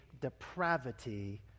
depravity